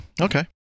Okay